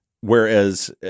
Whereas